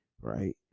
right